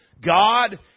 God